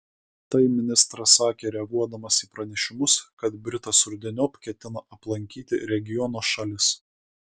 tai ministras sakė reaguodamas į pranešimus kad britas rudeniop ketina aplankyti regiono šalis